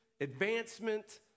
advancement